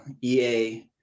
EA